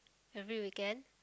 every weekend